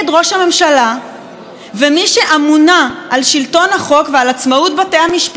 ומי שאמונה על השלטון החוק ועל עצמאות בתי המשפט ממלאה פיה מים,